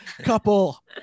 couple